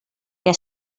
què